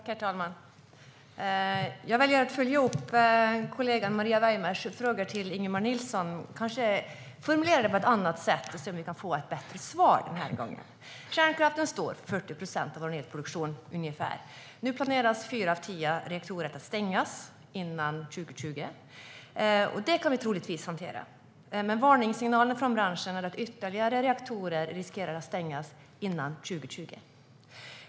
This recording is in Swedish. Herr talman! Jag väljer att följa upp min kollega Maria Weimers frågor till Ingemar Nilsson. Jag ska formulera mig på ett annat sätt så kanske vi kan få ett bättre svar. Kärnkraften står för ungefär 40 procent av vår elproduktion. Nu planerar man att stänga fyra av tio reaktorer före 2020. Det kan vi troligtvis hantera. Men det kommer varningssignaler från branschen om att ytterligare reaktorer riskerar att stängas före 2020.